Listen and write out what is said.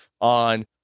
on